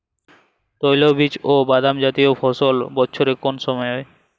তৈলবীজ ও বাদামজাতীয় ফসল বছরের কোন সময় হয়?